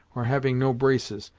or having no braces,